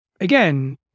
again